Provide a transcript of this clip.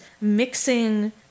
mixing